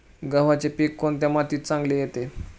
गव्हाचे पीक कोणत्या मातीत चांगले येते?